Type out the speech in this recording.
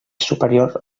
superior